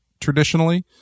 traditionally